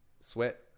Sweat